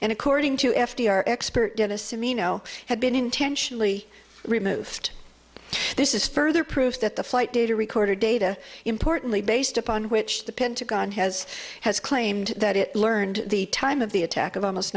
and according to f d r expert in assuming you know had been intentionally removed this is further proof that the flight data recorder data importantly based upon which the pentagon has has claimed that it learned the time of the attack of almost